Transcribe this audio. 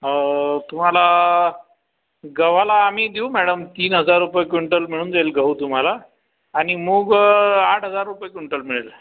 तुम्हाला गव्हाला आम्ही देऊ मॅडम तीन हजार रुपये क्विंटल मिळून जाईल गहू तुम्हाला आणि मूग आठ हजार रुपये क्विंटल मिळेल